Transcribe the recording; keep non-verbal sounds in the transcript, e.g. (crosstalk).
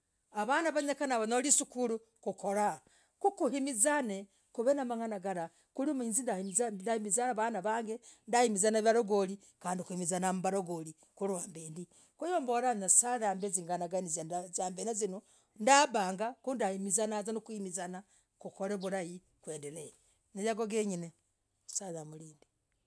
Havanaah. havoo. neewanyolee. sukuluukukolah. Kukwimizanee. kuvenamang'anagaraa. kurihizii. mbambizia, vanaa vagee. ndambizia. navaragoli. nakumbizia navagoli kwambendii. kwiyombolah! Nye'sa (hesitation) hambe (hesitation) zinganaganii! Zambenazoo. hii. zakwimbizana, kukor (hesitation) vurahi. agoogen (hesitation) nye'sa (hesitation) harindee.